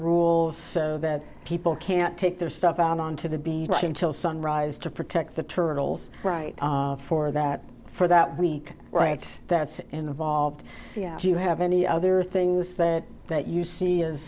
rules so that people can't take their stuff out on to the beach until sunrise to protect the terminals right for that for that week right that's involved do you have any other things that that you see is